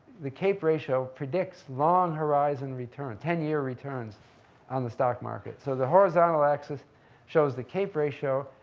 the cape ratio predicts long-horizon return, ten year returns on the stock market. so the horizontal axis shows the cape ratio.